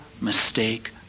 mistake